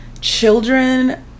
children